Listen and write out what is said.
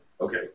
Okay